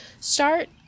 start